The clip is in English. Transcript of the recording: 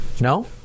No